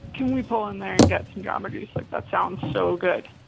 can we pull in there and get some jamba juice? like, that sounds so good.